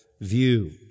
view